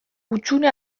hutsune